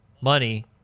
money